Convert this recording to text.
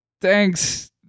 Thanks